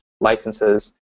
licenses